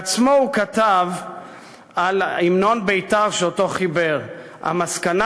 בעצמו הוא כתב על המנון בית"ר שאותו חיבר: המסקנה